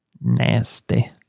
Nasty